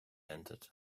entered